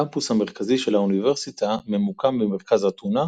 הקמפוס המרכזי של האוניברסיטה ממוקם במרכז אתונה,